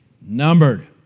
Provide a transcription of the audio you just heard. numbered